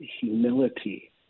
humility